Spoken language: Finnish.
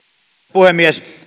puhemies